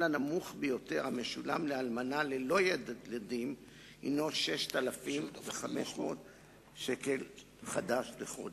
הנמוך ביותר המשולם לאלמנה ללא ילדים הוא 6,500 שקלים חדשים בחודש.